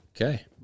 Okay